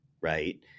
right